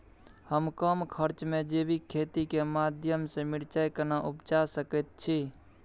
हम कम खर्च में जैविक खेती के माध्यम से मिर्चाय केना उपजा सकेत छी?